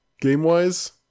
game-wise